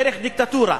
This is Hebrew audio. דרך דיקטטורה,